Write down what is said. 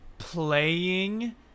playing